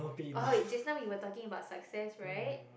orh just now we were talking about success right